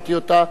ואישרתי אותה,